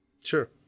Sure